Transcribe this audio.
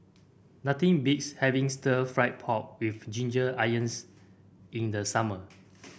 nothing beats having Stir Fried Pork with Ginger Onions in the summer